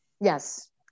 yes